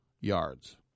yards